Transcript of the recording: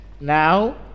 Now